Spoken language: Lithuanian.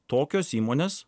tokios įmonės